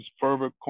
further